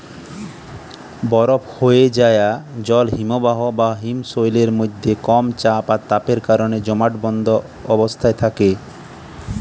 বরফ হোয়ে যায়া জল হিমবাহ বা হিমশৈলের মধ্যে কম চাপ আর তাপের কারণে জমাটবদ্ধ অবস্থায় থাকে